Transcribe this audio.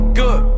good